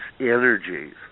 energies